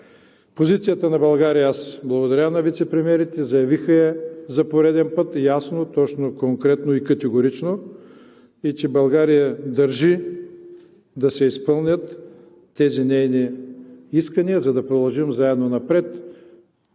Позицията на България, аз благодаря на вицепремиерите, заявиха я за пореден път – ясно, точно, конкретно и категорично и че България държи да се изпълнят тези нейни искания, за да продължим заедно напред.